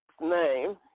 name